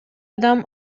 адам